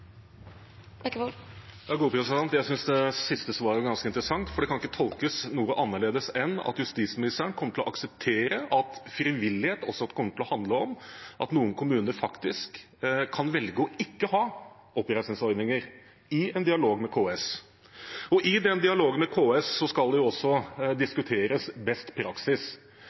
Jeg synes det siste svaret var ganske interessant. Jeg kan ikke tolke det noe annerledes enn at justisministeren kommer til å akseptere at frivillighet også kommer til å handle om at noen kommuner – i en dialog med KS – faktisk kan velge ikke å ha oppreisningsordninger. I den dialogen med KS skal det også diskuteres beste praksis.